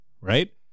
right